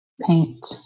paint